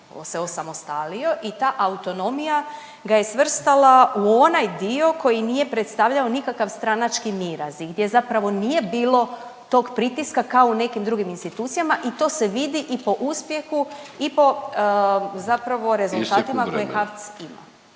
se osamostalio i ta autonomija ga je svrstala u onaj dio koji nije predstavljao nikakav stranački miraz i gdje zapravo nije bilo tog pritiska kao u nekim drugim institucijama i to se vidi i po uspjehu i po zapravo rezultatima koje HAVC ima.